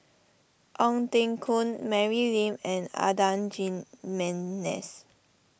Ong Teng Koon Mary Lim and Adan Jimenez